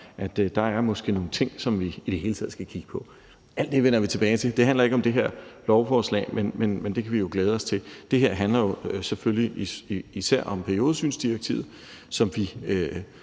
Der er måske nogle ting, vi skal kigge på. Alt det vender vi tilbage til – det handler det her lovforslag ikke om, men det er jo noget, vi kan glæde os til. Det her handler jo selvfølgelig især om periodesynsdirektivet, som